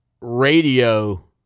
radio